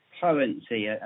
currency